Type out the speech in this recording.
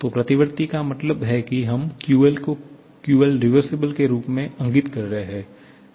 तो प्रतिवर्ती का मतलब है कि हम QL को QLrev के रूप में इंगित कर रहे हैं